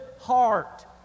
heart